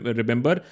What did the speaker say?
remember